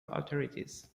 authorities